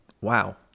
wow